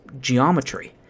geometry